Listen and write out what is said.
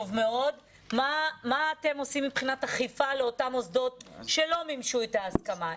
מה אתם עושים מבחינת אכיפה לאותם מוסדות שלא מימשו את ההסכמה?